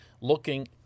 looking